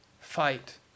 fight